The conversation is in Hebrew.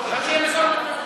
שכולם ייקברו,